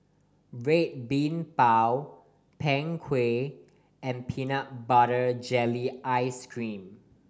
Red Bean Bao Png Kueh and peanut butter jelly ice cream